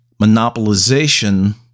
monopolization